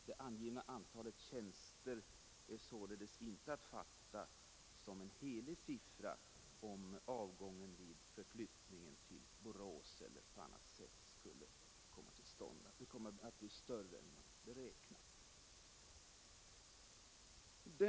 Det angivna antalet tjänster är således inte att fatta som en helig siffra, om avgången vid förflyttning till Borås eller eljest skulle komma att bli större än beräknad.